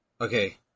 Okay